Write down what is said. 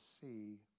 see